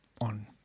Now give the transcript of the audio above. on